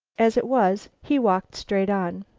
as it was, he walked straight on.